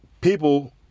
people